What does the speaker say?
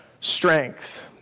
strength